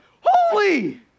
Holy